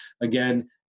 Again